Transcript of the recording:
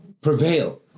prevail